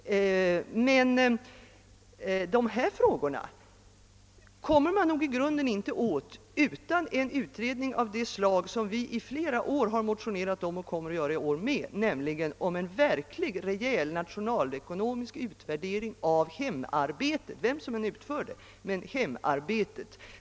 Men det finns nog i grund och botten ingen möjlighet att lösa dessa frågor utan en utredning av det slag som vi i flera år har motionerat om och kommer att motionera om även i år, nämligen en verkligt rejäl nationalekonomisk utvärdering av hemarbetet, vem som än utför det.